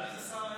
מי זה שר האנרגיה?